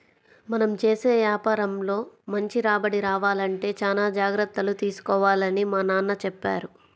మనం చేసే యాపారంలో మంచి రాబడి రావాలంటే చానా జాగర్తలు తీసుకోవాలని మా నాన్న చెప్పారు